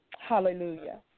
Hallelujah